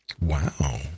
Wow